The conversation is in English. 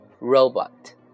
Robot